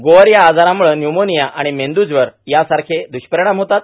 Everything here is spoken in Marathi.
गोवर या आजरामुळं न्यूमोनिया आणि मेंदूज्वर यासारखे दुष्परिणाम होतात